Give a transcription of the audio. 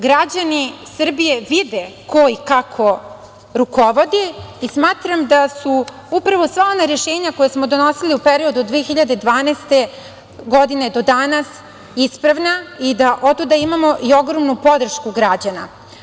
Građani Srbije vide ko i kako rukovodi i smatram da su upravo sva ona rešenja koja smo donosili u periodu od 2012. godine do danas ispravna i da otuda imamo i ogromnu podršku građana.